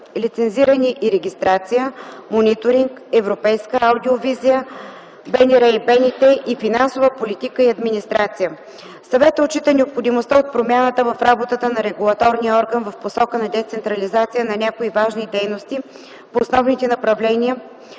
„Лицензиране и регистрация”, „Мониторинг”, „Европейска аудиовизия”, „БНР и БНТ” и „Финансова политика и администрация”. Съветът отчита необходимостта от промяна в работата на регулаторния орган в посока на децентрализация на някои важни дейности по основните направления,